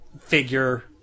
figure